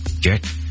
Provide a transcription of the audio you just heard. Get